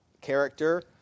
character